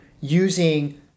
using